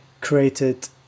created